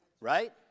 right